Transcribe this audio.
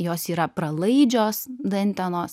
jos yra pralaidžios dantenos